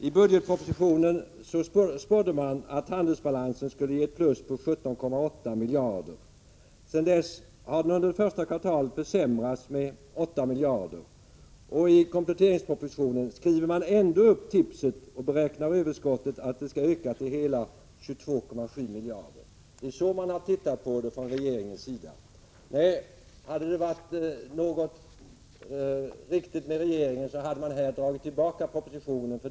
I budgetpropositionen spådde man att handelsbalansen skulle visa ett överskott på 17,8 miljarder. Sedan dess har handelsbalansen under första kvartalet försämrats med 8 miljarder. I kompletteringspropositionen skriver man ändå upp tipset och beräknar att överskottet skall öka till hela 22,7 miljarder kronor. Det är så man från regeringens sida har tittat på bytesbalansen. Hade regeringen velat handla på riktigt sätt hade den dragit tillbaka propositionen.